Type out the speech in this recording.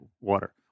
water